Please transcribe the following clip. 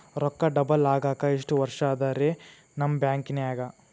ರೊಕ್ಕ ಡಬಲ್ ಆಗಾಕ ಎಷ್ಟ ವರ್ಷಾ ಅದ ರಿ ನಿಮ್ಮ ಬ್ಯಾಂಕಿನ್ಯಾಗ?